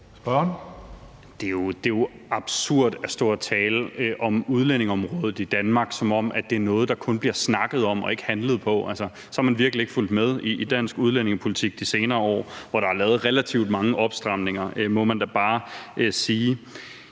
Det er jo absurd at stå og tale om udlændingeområdet i Danmark, som om det er noget, der kun bliver snakket om og ikke handlet på. Altså, så har man virkelig ikke fulgt med i dansk udlændingepolitik de senere år, hvor der er lavet relativt mange opstramninger, må man da bare sige.